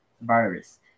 virus